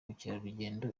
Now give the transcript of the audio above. bukerarugendo